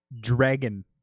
dragon